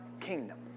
Kingdom